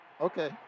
Okay